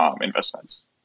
investments